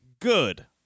Good